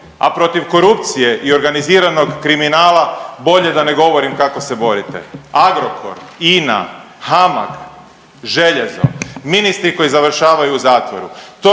a protiv korupcije i organiziranog kriminala bolje da ne govorim kako se borite. Agrokor, Ina, HAMAG, željezo, ministri koji završavaju u zatvoru